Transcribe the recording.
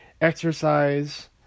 exercise